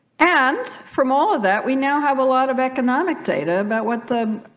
and from all of that we now have a lot of economic data about what the